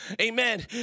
Amen